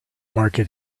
market